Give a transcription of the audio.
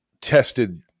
tested